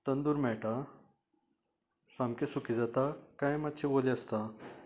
तंदूर मेळटा सामके सूके जाता काय मातशे वोली आसता